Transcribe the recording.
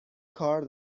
کار